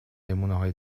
نمونههای